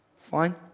fine